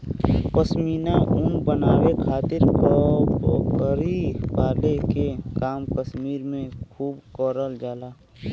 पश्मीना ऊन बनावे खातिर बकरी पाले के काम कश्मीर में खूब करल जाला